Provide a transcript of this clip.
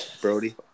Brody